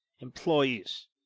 employees